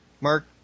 Mark